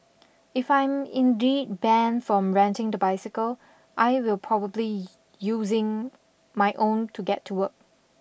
if I'm indeed banned from renting the bicycle I will probably using my own to get to work